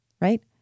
right